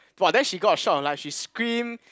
!wah! then she got a shock of her life she scream